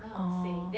oh